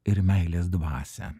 ir meilės dvasią